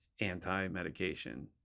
anti-medication